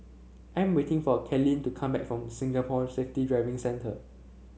I'm waiting for Kaylyn to come back from Singapore Safety Driving Centre